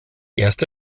erste